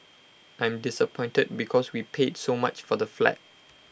I'm disappointed because we paid so much for the flat